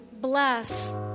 bless